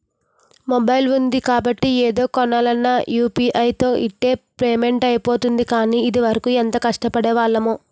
mobile ఉంది కాబట్టి ఏది కొనాలన్నా యూ.పి.ఐ తో ఇట్టే పేమెంట్ అయిపోతోంది కానీ, ఇదివరకు ఎంత కష్టపడేవాళ్లమో